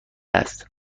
است